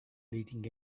leading